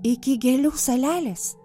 iki gėlių salelės